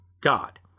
God